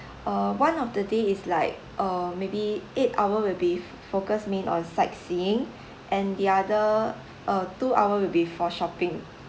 uh one of the day is like uh maybe eight hour will be focused main on sightseeing and the other uh two hour will be for shopping